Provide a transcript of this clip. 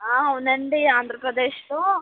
అవునండి ఆంధ్రప్రదేశ్లో